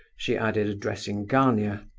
she added, addressing gania.